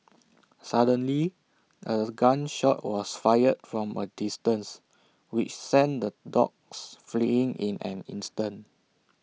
suddenly A gun shot was fired from A distance which sent the dogs fleeing in an instant